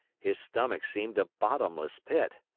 his stomach seemed a bottomless pit.